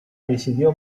decidió